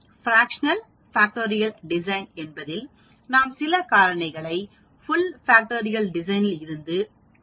fractional factorial design என்பதில் நாம் சில காரணிகளை ஃபுல் ஃபேக்டரியல் டிசைனில் இருந்து குறைத்து வடிவமைக்கிறோம்